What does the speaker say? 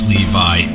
Levi